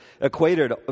equated